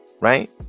right